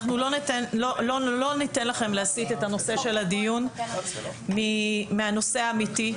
אנחנו לא ניתן לכם להסיט את הנושא של הדיון מהנושא האמיתי,